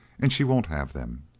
and she won't have them.